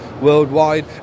worldwide